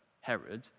Herod